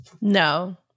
No